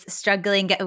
struggling